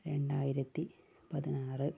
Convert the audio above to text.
രണ്ടായിരത്തിപതിനാറ്